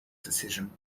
decision